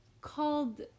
called